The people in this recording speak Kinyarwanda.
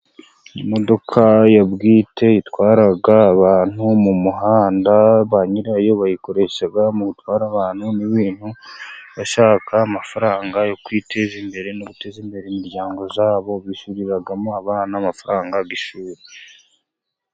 Imodoka ya bwite itwara abantu mu muhanda ba nyirayo bayikoresha mu gutwara abantu n'ibintu bashaka amafaranga yo kwiteza imbere, no guteza imbere imiryango yabo bishyuriramo abana amafaranga y'ishuri.